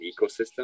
ecosystem